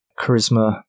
Charisma